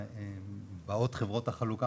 באות חברות החלוקה,